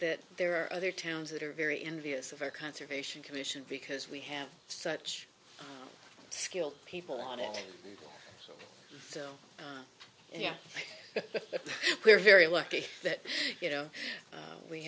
that there are other towns that are very envious of our conservation commission because we have such skilled people on it so yeah we're very lucky that you know